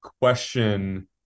question